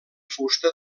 fusta